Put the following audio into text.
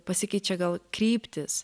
pasikeičia gal kryptys